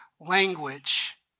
language